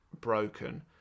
broken